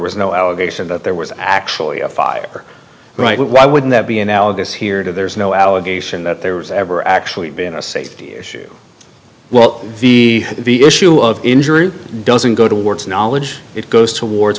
was no allegation that there was actually a fire right now why would that be analogous here to there's no allegation that there was ever actually been a safety issue well v the issue of injury doesn't go towards knowledge it goes towards